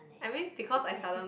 I mean because I seldom